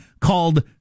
called